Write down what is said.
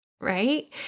right